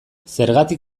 zergatik